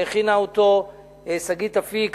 שהכינה שגית אפיק,